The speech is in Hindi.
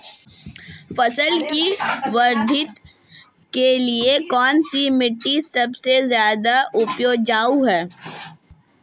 फसल की वृद्धि के लिए कौनसी मिट्टी सबसे ज्यादा उपजाऊ है?